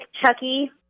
Chucky